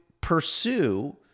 pursue